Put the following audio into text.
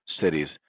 cities